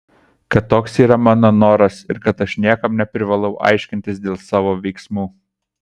kad toks yra mano noras ir kad aš niekam neprivalau aiškintis dėl savo veiksmų